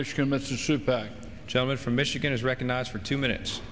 michigan mississippi a gentleman from michigan is recognized for two minutes